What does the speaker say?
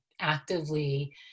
actively